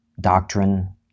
doctrine